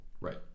right